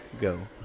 go